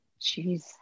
Jeez